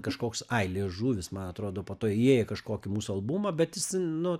kažkoks ai liežuvis man atrodo po to įėjo į kažkokį mūsų albumą bet jis nu